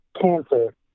cancer